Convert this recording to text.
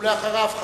ולאחריו,